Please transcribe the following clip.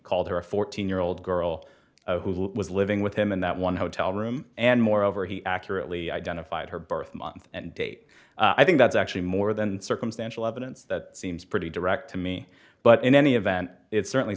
called her a fourteen year old girl who was living with him in that one hotel room and moreover he accurately identified her birth month and date i think that's actually more than circumstantial evidence that seems pretty direct to me but in any event it's certainly